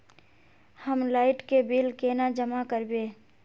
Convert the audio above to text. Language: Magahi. हम लाइट के बिल केना जमा करबे?